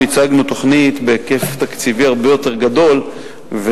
אנחנו הצגנו תוכנית בהיקף תקציבי הרבה יותר גדול,